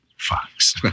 Fox